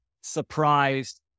surprised